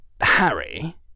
Harry